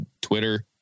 Twitter